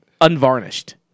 unvarnished